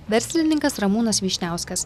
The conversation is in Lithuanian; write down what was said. verslininkas ramūnas vyšniauskas